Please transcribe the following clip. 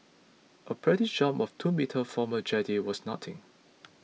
a practice jump of two metres from a jetty was nothing